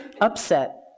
upset